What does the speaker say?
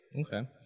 Okay